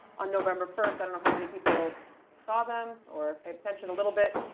on november first, i don't know how many people saw them or paid attention a little bit.